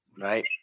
Right